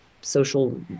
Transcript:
social